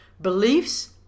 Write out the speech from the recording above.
beliefs